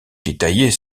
détaillés